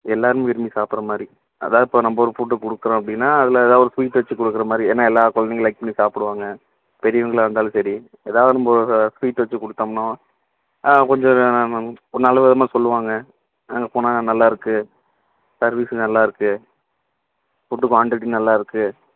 எல்லோருமே விரும்பி சாப்பிட்ற மாதிரி அதாவது இப்போ நம்ப ஒரு ஃபுட்டு கொடுக்குறோம் அப்படின்னா அதில் ஏதா ஒரு ஸ்வீட் வைச்சு கொடுக்குற மாதிரி ஏன்னால் எல்லா கொழந்தைங்களும் லைக் பண்ணி சாப்பிடுவாங்க பெரியவங்களா இருந்தாலும் சரி ஏதாவது நம்ப ஸ்வீட் வைச்சு கொடுத்தோம்னா கொஞ்சம் ஒரு நல்ல விதமாக சொல்லுவாங்க அங்கே போனேன் நல்லா இருக்குது சர்வீஸு நல்லா இருக்குது ஃபுட்டு குவாண்டிட்டி நல்லா இருக்குது